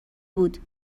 بود